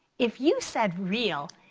if you said real,